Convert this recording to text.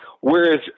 whereas